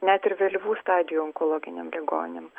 net ir vėlyvų stadijų onkologiniam ligoniam